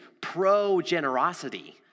pro-generosity